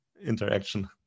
interaction